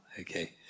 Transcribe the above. okay